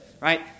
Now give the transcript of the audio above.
right